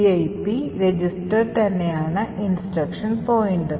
eip register തന്നെയാണ് instruction pointer